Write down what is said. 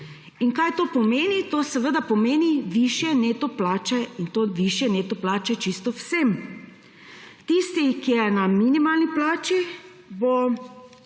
In kaj to pomeni? To seveda pomeni višje neto plače in to višje neto plače čisto vsem. Tisti, ki je na minimalni plači, bo